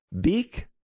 Beak